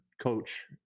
coach